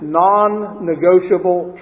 non-negotiable